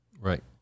right